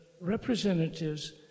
representatives